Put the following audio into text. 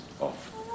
off